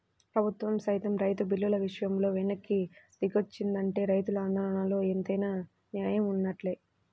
ప్రభుత్వం సైతం రైతు బిల్లుల విషయంలో వెనక్కి దిగొచ్చిందంటే రైతుల ఆందోళనలో ఎంతైనా నేయం వున్నట్లే